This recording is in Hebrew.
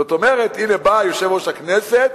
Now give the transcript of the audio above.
זאת אומרת, הנה בא יושב-ראש הכנסת,